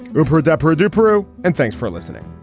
you've heard deborah deborah and thanks for listening